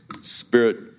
spirit